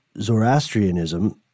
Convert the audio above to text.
Zoroastrianism